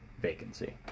vacancy